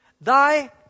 thy